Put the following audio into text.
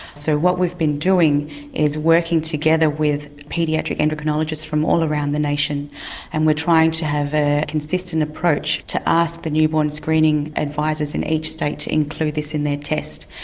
so what we've been doing is working together with paediatric endocrinologists from all around the nation and we're trying to have a consistent approach to ask the newborn screening advisors in each state to include this in their test.